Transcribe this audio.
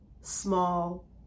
small